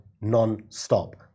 Non-stop